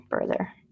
further